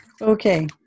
Okay